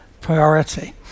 priority